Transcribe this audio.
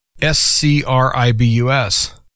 S-C-R-I-B-U-S